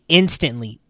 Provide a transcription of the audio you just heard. instantly